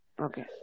Okay